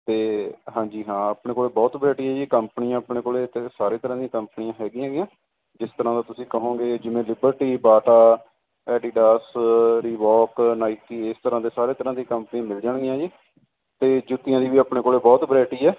ਤੇ ਹਾਂਜੀ ਹਾਂ ਆਪਣੇ ਕੋਲ ਬਹੁਤ ਵਰਾਇਟੀਆਂ ਜੀ ਕੰਪਨੀਆਂ ਆਪਣੇ ਕੋਲੇ ਤੇ ਸਾਰੇ ਤਰ੍ਹਾਂ ਦੀਆਂ ਕੰਪਨੀਆਂ ਹੈਗੀਆਂ ਜਿਸ ਤਰ੍ਹਾਂ ਦਾ ਤੁਸੀਂ ਕਹੋਗੇ ਜਿਵੇਂ Liberty Bata Adidas Reebok Nike ਇਸ ਤਰ੍ਹਾਂ ਦੇ ਸਾਰੇ ਤਰ੍ਹਾਂ ਦੇ ਕੰਪਨੀ ਮਿਲ ਜਾਣਗੀਆਂ ਜੀ ਤੇ ਜੁੱਤੀਆਂ ਦੀ ਵੀ ਆਪਣੇ ਕੋਲ ਬਹੁਤ ਵਰਾਇਟੀ ਆ